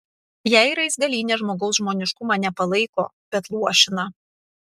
jei raizgalynė žmogaus žmoniškumą ne palaiko bet luošina